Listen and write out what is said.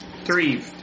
Three